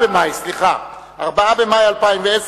נודע לי שלאחרונה הוכנסו